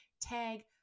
tag